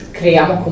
creiamo